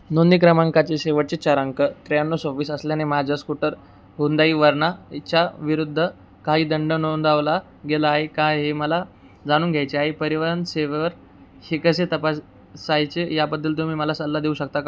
नोंदणी क्रमांकाचे शेवटचे चार अंक त्र्याण्णव सव्वीस असल्याने माझ्या स्कूटर हुंदई वरना हिच्या विरुद्ध काही दंड नोंदवला गेला आहे का हे मला जाणून घ्यायचे आहे परिवहन सेवेवर हे कसे तपासायचे याबद्दल तुम्ही मला सल्ला देऊ शकता का